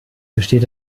besteht